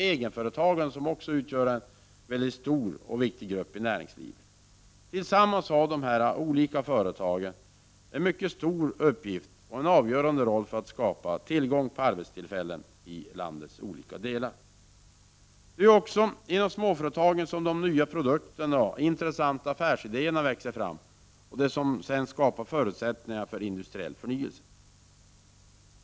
Egenföretagarna utgör också en mycket stor och viktig grupp i näringslivet. Tillsammans har dessa olika företag en mycket stor uppgift och en avgörande roll för att skapa tillgång på arbetstillfällen i landets olika delar. Det är också inom småföretagen som de nya produkterna och intressanta affärsidéerna växer fram. Det skapar sedan förutsättningar för industriell förnyelse.